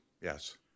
yes